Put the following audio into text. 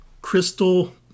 crystal